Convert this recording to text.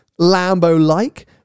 Lambo-like